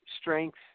strength